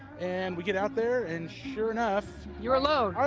and we get out there and sure enough. you're alone.